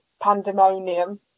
pandemonium